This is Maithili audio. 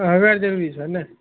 अहगर जरूरी छै नहि